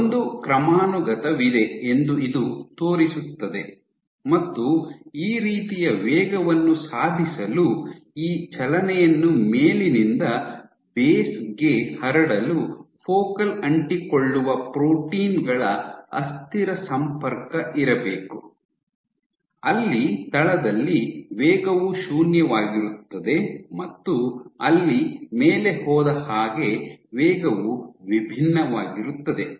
ಒಂದು ಕ್ರಮಾನುಗತವಿದೆ ಎಂದು ಇದು ತೋರಿಸುತ್ತದೆ ಮತ್ತು ಈ ರೀತಿಯ ವೇಗವನ್ನು ಸಾಧಿಸಲು ಈ ಚಲನೆಯನ್ನು ಮೇಲಿನಿಂದ ಬೇಸ್ ಗೆ ಹರಡಲು ಫೋಕಲ್ ಅಂಟಿಕೊಳ್ಳುವ ಪ್ರೋಟೀನ್ ಗಳ ಅಸ್ಥಿರ ಸಂಪರ್ಕ ಇರಬೇಕು ಅಲ್ಲಿ ತಳದಲ್ಲಿ ವೇಗವು ಶೂನ್ಯವಾಗಿರುತ್ತದೆ ಮತ್ತು ಅಲ್ಲಿ ಮೇಲೆ ಹೋದ ಹಾಗೆ ವೇಗವು ವಿಭಿನ್ನವಾಗಿರುತ್ತದೆ